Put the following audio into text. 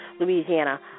Louisiana